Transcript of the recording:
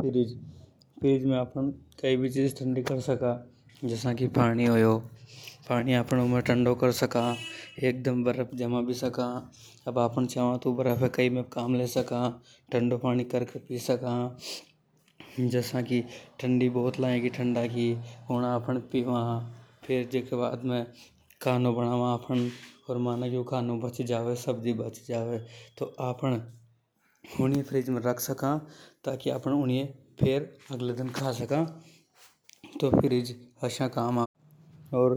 Fridge, fridge में आफ़न कई भी चीज ठंडी कर सका। जसा को पाणी होया, पानी से आफ़न बर्फ भी जमा सका, ऊ बर्फ ये कई में भी काम ले सका। ठंडो पानी करके पी सका। जसा की ठंडी बोतला, हगी ठंडा की फेर जीके बाद में, खानों बनावा आफ़न ओर खानों बच जावे। सब्जी बच जावे तो आफ़न ऊ सब्जी ये फ्रिज में रख सका। ताकि आपन फेर अगले दन खा सका।